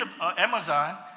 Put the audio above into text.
Amazon